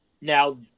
now